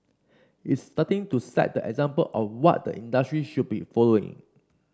it's starting to set the example of what the industry should be following